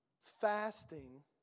fasting